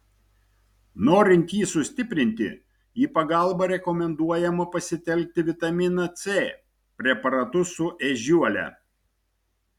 norint jį sustiprinti į pagalbą rekomenduojama pasitelkti vitaminą c preparatus su ežiuole